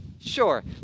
Sure